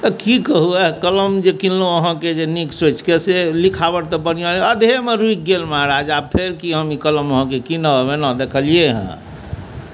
की कहु कलम जे किनलहुॅं अहाँके जे नीक सोचि कऽ से लिखावट तऽ बनिहा अधे मे रुकि गेल महाराज आब फेर की हम अहाँके ई कलम किनब एना देखलियै हँ